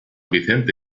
vicente